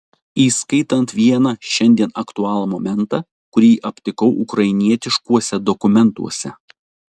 įskaitant vieną šiandien aktualų momentą kurį aptikau ukrainietiškuose dokumentuose